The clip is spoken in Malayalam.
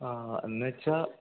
അ എന്നുവെച്ചാൽ